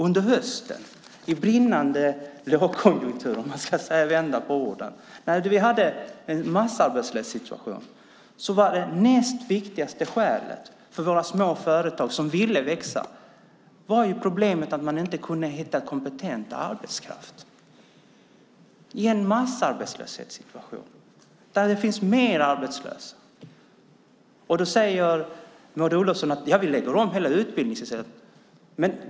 Under hösten under brinnande lågkonjunktur, om man så att säga vänder på orden, när vi hade en massarbetslöshetssituation var det näst största problemet för våra små företag som ville växa att de inte kunde hitta kompetent arbetskraft. Det var alltså under en massarbetslöshetssituation när det finns fler arbetslösa. Då säger Maud Olofsson: Vi lägger om hela utbildningssystemet.